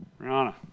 Rihanna